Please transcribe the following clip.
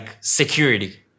security